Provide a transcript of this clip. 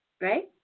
Right